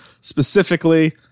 Specifically